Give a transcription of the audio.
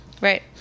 Right